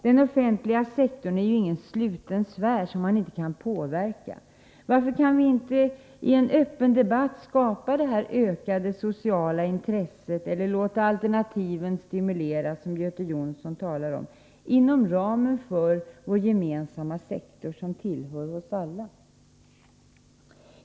Den offentliga sektorn är ju ingen sluten sfär, som man inte kan påverka. Varför kan vi inte i en öppen debatt skapa det här ökade sociala intresset och låta alternativen stimuleras — något som Göte Jonsson talade om — inom ramen för vår gemensamma sektor, som tillhör oss alla.